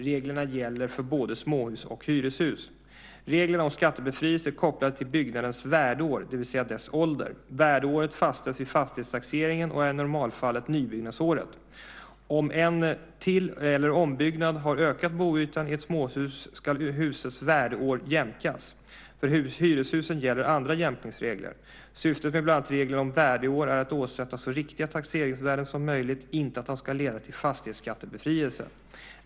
Reglerna gäller för både småhus och hyreshus. Reglerna om skattebefrielse är kopplade till byggnadens värdeår, det vill säga dess ålder. Värdeåret fastställs vid fastighetstaxeringen och är i normalfallet nybyggnadsåret. Om en till eller ombyggnad har ökat boytan i ett småhus ska husets värdeår jämkas. För hyreshusen gäller andra jämkningsregler. Syftet med bland annat reglerna om värdeår är att åsätta så riktiga taxeringsvärden som möjligt, inte att de ska leda till fastighetsskattebefrielse.